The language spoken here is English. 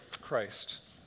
Christ